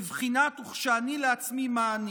בבחינת "וכשאני לעצמי, מה אני".